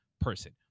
person